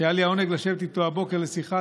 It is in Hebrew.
שהיה לי העונג לשבת איתו הבוקר לשיחה,